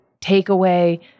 takeaway